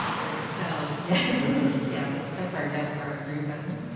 hear, hear! so, yeah yeah, let's press our yeah our green button,